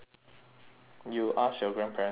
you ask your grandparents to sponsor